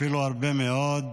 אפילו הרבה מאוד,